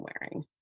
wearing